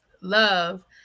love